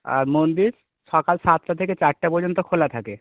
আর মন্দির সকাল সাতটা থেকে চারটে পর্যন্ত খোলা থাকে